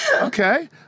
Okay